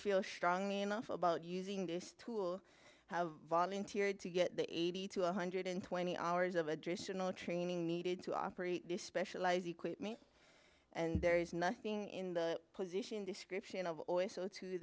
increased strong enough about using this tool have volunteered to get the eighty to one hundred twenty hours of additional training needed to operate this specialized equipment and there is nothing in the position description of or so to